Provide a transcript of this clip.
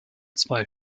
zwei